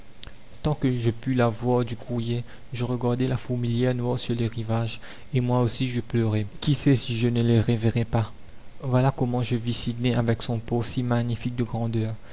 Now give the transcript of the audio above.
tant que je pus la voir du courrier je regardai la fourmilière noire sur le rivage et moi aussi je pleurais qui sait si je ne les reverrai pas voilà comment je vis sydney avec son port si magnifique de grandeur